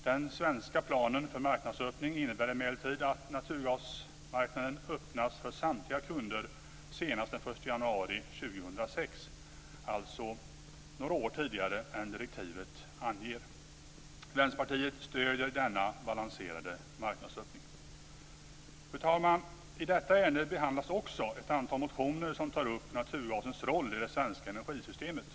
Den svenska planen för marknadsöppning innebär emellertid att naturgasmarknaden öppnas för samtliga kunder senast den 1 januari 2006, dvs. några år tidigare än vad direktivet anger. Vänsterpartiet stöder denna balanserade marknadsöppning. Fru talman! I detta ärende behandlas också ett antal motioner som tar upp naturgasens roll i det svenska energisystemet.